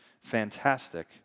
fantastic